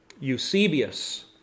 Eusebius